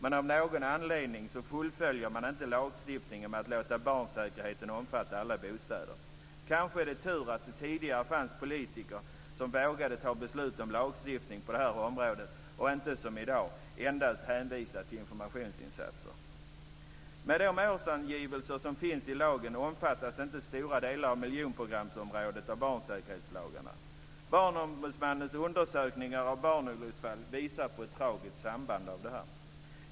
Men av någon anledning fullföljer man inte lagstiftningen med att låta barnsäkerheten omfatta alla bostäder. Kanske är det tur att det tidigare fanns politiker som vågade ta beslut om lagstiftning på detta område och inte, som man gör i dag, endast hänvisade till informationsinsatser. Med de årsangivelser som finns i lagen omfattas inte stora delar av miljonprogramsområdena av barnsäkerhetslagarna. Barnombudsmannens undersökningar av barnolycksfall visar på ett tragiskt samband.